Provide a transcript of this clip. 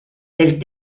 del